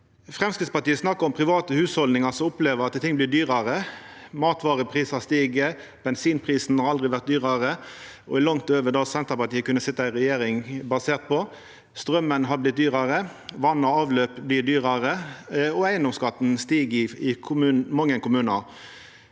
Framstegspartiet snakkar om private hushaldningar som opplever at ting blir dyrare, matvareprisar stig, bensinprisen har aldri vore høgare og er langt over det Senterpartiet kunne sitja i regjering basert på. Straumen har vorte dyrare, vatn og avløp blir dyrare, og eigedomsskatten stig i mange kommunar.